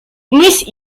miss